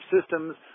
systems